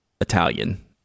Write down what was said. italian